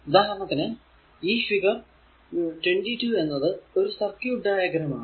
ഉദാഹരണത്തിന് ഈ ഫിഗർ 22 എന്നത് ഒരു സർക്യൂട് ഡയഗ്രം ആണ്